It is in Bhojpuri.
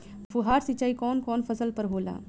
फुहार सिंचाई कवन कवन फ़सल पर होला?